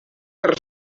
per